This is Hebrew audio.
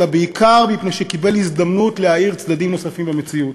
אלא בעיקר מפני שקיבל הזדמנות להאיר צדדים נוספים במציאות.